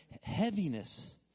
heaviness